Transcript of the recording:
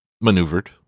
maneuvered